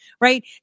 right